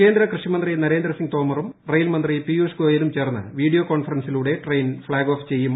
കേന്ദ്ര കൃഷി മന്ത്രി നരേന്ദ്ര സിംഗ് തോമറും റെയിൽ മന്ത്രി പീയൂഷ് ഗോയലും ചേർന്ന് വീഡിയോ കോൺഫെറൻസിലൂടെ ട്രെയിൻ ഫ്ളാഗ് ഓഫ് ചെയ്യും